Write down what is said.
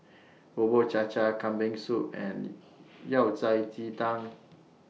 Bubur Cha Cha Kambing Soup and Yao Cai Ji Tang